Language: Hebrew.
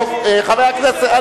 טוב, חברי הכנסת.